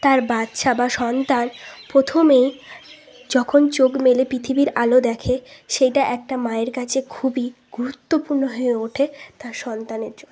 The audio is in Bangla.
তার বাচ্চা বা সন্তান প্রথমেই যখন চোখ মেলে পৃথিবীর আলো দেখে সেটা একটা মায়ের কাছে খুবই গুরুত্বপূর্ণ হয়ে ওঠে তার সন্তানের জন্য